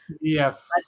yes